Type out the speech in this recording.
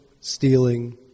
stealing